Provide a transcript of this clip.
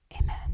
amen